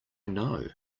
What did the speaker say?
know